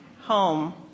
home